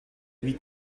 huit